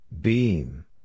Beam